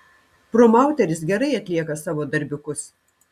promauteris gerai atlieka savo darbiukus